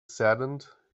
saddened